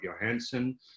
Johansson